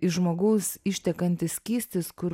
iš žmogus ištekantis skystis kur